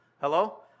Hello